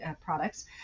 products